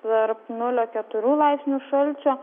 tarp nulio keturių laipsnių šalčio